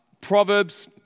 Proverbs